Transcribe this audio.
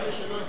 אלה שלא התפללו,